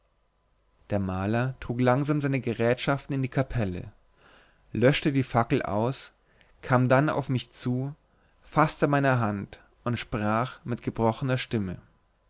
der maler trug langsam seine gerätschaften in die kapelle löschte die fackel aus kam dann auf mich zu faßte meine hand und sprach mit gebrochener stimme